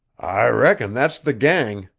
i reckon that's the gang,